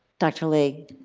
dr. lee?